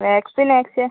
vaccination